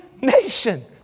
nation